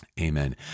Amen